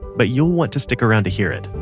but you'll want to stick around to hear it.